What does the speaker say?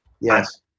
Yes